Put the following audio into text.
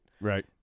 Right